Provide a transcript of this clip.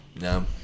No